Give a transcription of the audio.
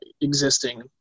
existing